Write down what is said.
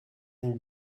vous